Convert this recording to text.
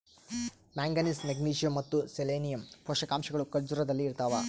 manganese magnesium ಮತ್ತು selenium ಪೋಷಕಾಂಶಗಳು ಖರ್ಜೂರದಲ್ಲಿ ಇದಾವ